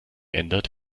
ändert